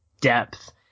depth